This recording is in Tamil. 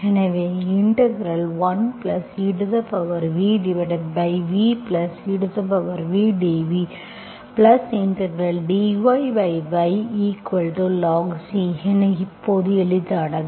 எனவே இது 1evvevdvdyylog C இது இப்போது எளிதானது